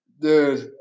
dude